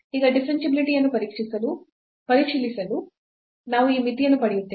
ಈಗ ಡಿಫರೆನ್ಷಿಯಾಬಿಲಿಟಿ ಯನ್ನು ಪರಿಶೀಲಿಸಲು ನಾವು ಈ ಮಿತಿಯನ್ನು ಪಡೆಯುತ್ತೇವೆ